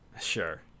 Sure